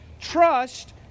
trust